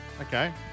Okay